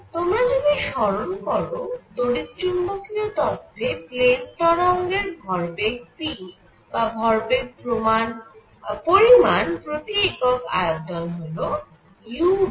তোমরা যদি স্মরণ করো তড়িৎচুম্বকীয় তত্ত্বে প্লেন তরঙ্গের ভরবেগ p বা ভরবেগ পরিমাণ প্রতি একক আয়তন হল uc